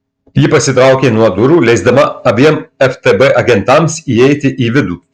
ji pasitraukė nuo durų leisdama abiem ftb agentams įeiti į vidų